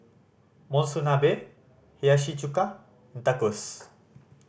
Monsunabe Hiyashi Chuka Tacos